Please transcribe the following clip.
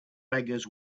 beggars